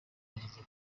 yagize